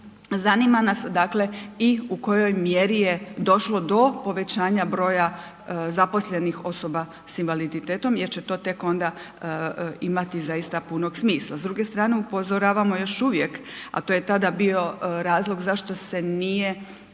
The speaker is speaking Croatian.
zanima nas dakle i u kojoj mjeri je došlo do povećanja broja zaposlenih osoba sa invaliditetom jer će to tek onda imati zaista punog smisla. S druge strane upozoravamo još uvijek a to je tada bio razlog zašto se nije